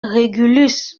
régulus